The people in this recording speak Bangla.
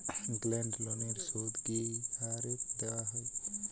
গোল্ডলোনের সুদ কি হারে দেওয়া হয়?